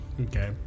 Okay